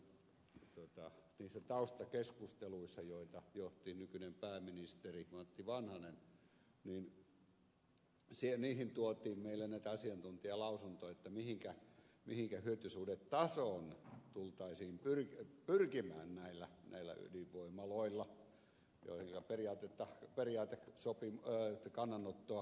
silloin niihin taustakeskusteluihin joita johti nykyinen pääministeri matti vanhanen tuotiin meille näitä asiantuntijalausuntoja mihinkä hyötysuhdetasoon tultaisiin pyrkimään näillä ydinvoimaloilla joihinka periaatekannanottoa kaivattiin